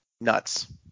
Nuts